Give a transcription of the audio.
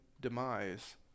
demise